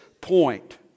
point